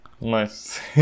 Nice